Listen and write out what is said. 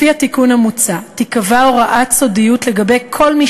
לפי התיקון המוצע תיקבע הוראת סודיות לגבי כל מי